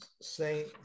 saint